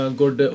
good